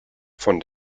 von